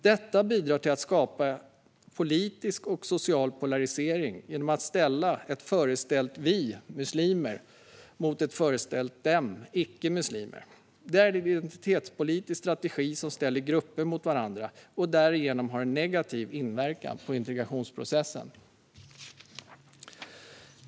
Detta bidrar till att skapa politisk och social polarisering genom att ställa ett föreställt "vi muslimer" mot ett föreställt "dem", alltså icke-muslimer. Det är en identitetspolitisk strategi som ställer grupper mot varandra och därigenom har en negativ inverkan på integrationsprocessen.